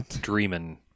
dreaming